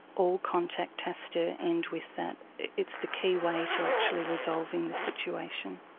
all contact has to end with that. it's the key way to actually resolving the situation.